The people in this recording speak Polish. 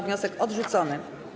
Wniosek odrzucony.